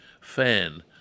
fan